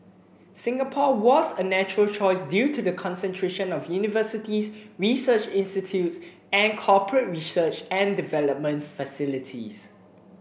Singapore was a natural choice due to the concentration of universities research institutes and corporate research and development facilities